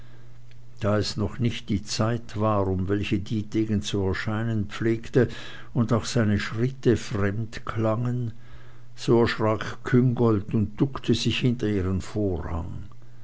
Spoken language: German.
da es noch nicht die zeit war um welche dietegen zu erscheinen pflegte und auch seine schritte fremd klangen so erschrak küngolt und duckte sich hinter ihren vorhang